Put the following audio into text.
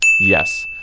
Yes